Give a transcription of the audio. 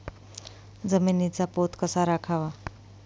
जमिनीचा पोत कसा राखावा?